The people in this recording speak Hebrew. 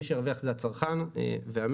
מי שירוויח זה הצרכן והמשק.